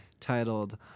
titled